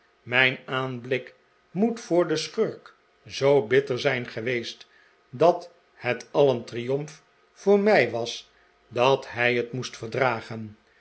mijn aanblik moet voor den schurk zoo bitter zijn geweest dat het al een triomf voor mij was dat hij het moest verdragen